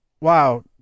wow